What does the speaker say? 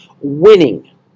Winning